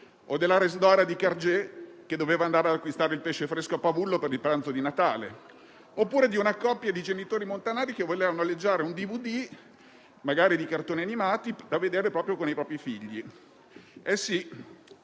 o alla *rezdora* di Cargé che doveva andare ad acquistare il pesce fresco a Pavullo per il pranzo di Natale, oppure una coppia di genitori montanari che voleva noleggiare un DVD, magari di cartoni animati, da vedere con i propri figli. Eh sì,